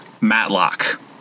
Matlock